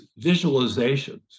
visualizations